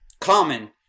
common